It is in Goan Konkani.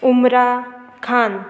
उम्रा खान